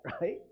right